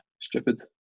stupid